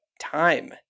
time